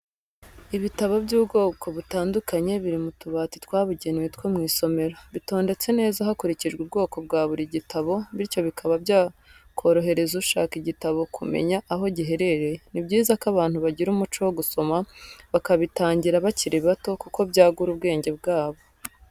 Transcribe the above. Ibitabo by'ubwoko butandukanye biri mu tubati twabugenewe two mu isomero, bitondetse neza hakurikijwe ubwoko bwa buri gitabo, bityo bikaba byakorohereza ushaka igitabo kumenya aho giherereye, ni byiza ko abantu bagira umuco wo gusoma bakabitangira bakiri bato kuko byagura ubwenge bwabo.